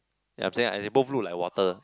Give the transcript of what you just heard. ya I'm saying ah they both look like water